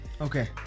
Okay